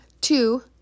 Two